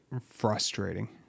frustrating